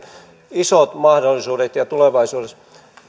isot mahdollisuudet ja tulevaisuudessa